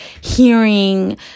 hearing